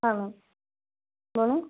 हाँ मैम बोलो